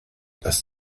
das